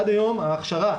עד היום ההכשרה,